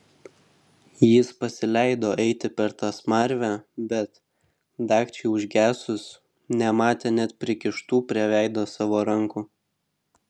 jis pasileido eiti per tą smarvę bet dagčiai užgesus nematė net prikištų prie veido savo rankų